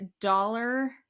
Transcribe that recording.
dollar